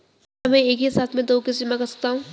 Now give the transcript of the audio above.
क्या मैं एक ही साथ में दो किश्त जमा कर सकता हूँ?